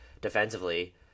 defensively